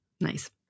Nice